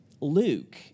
Luke